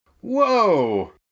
Whoa